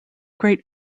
great